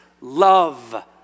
love